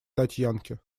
татьянки